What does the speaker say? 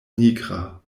nigra